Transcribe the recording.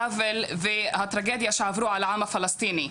העוול והטרגדיה שעברו על העם הפלשתיני.